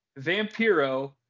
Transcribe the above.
vampiro